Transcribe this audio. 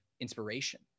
inspiration